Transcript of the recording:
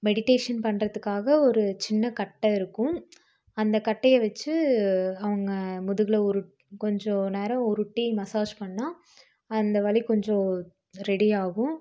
meditation பண்ணுறதுக்காக ஒரு சின்ன கட்டை இருக்கும் அந்த கட்டயை வச்சு அவங்க முதுகில் உருட் கொஞ்சம் நேரம் உருட்டி மசாஜ் பண்ணா அந்த வலி கொஞ்சம் ரெடி ஆகும்